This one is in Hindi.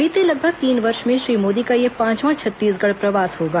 बीते लगभग तीन वर्ष में श्री मोदी का यह पांचवा छत्तीसगढ़ प्रवास होगा